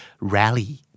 rally